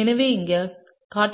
எனவே இங்கே காட்டப்பட்டுள்ளபடி பல சாத்தியங்கள் உங்களுக்குத் தெரியும்